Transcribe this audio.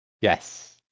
Yes